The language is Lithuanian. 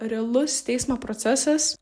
realus teismo procesas